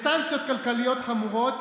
בסנקציות כלכליות חמורות,